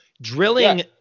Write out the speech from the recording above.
drilling